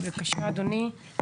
בבקשה אדוני,